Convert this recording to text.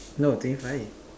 no twenty five